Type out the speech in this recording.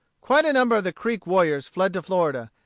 quite a number of the creek warriors fled to florida,